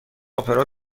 اپرا